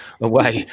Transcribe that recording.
away